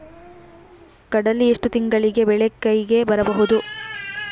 ಕಡಲಿ ಎಷ್ಟು ತಿಂಗಳಿಗೆ ಬೆಳೆ ಕೈಗೆ ಬರಬಹುದು?